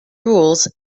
rules